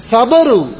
Sabaru